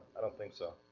i don't think so.